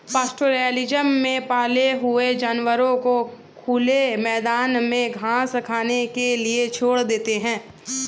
pastoralism में पाले हुए जानवरों को खुले मैदान में घास खाने के लिए छोड़ देते है